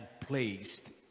placed